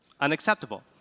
unacceptable